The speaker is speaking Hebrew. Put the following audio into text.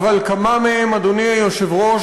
ואחריו,